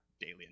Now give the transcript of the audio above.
daily